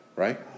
Right